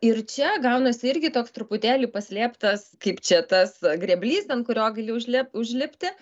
ir čia gaunasi irgi toks truputėlį paslėptas kaip čia tas grėblys an kurio gali užli užlipti